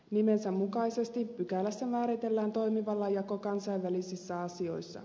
nimensä mukaisesti pykälässä määritellään toimivallan jako kansainvälisissä asioissa